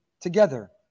together